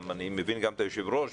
ואני מבין שגם את היושב ראש,